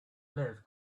liv